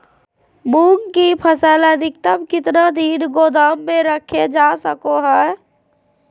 मूंग की फसल अधिकतम कितना दिन गोदाम में रखे जा सको हय?